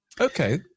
Okay